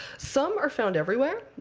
some are found everywhere,